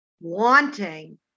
wanting